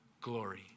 glory